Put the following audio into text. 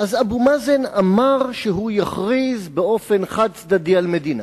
אז אבו מאזן אמר שהוא יכריז באופן חד-צדדי על מדינה,